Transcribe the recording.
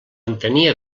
entenia